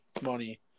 money